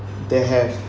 they have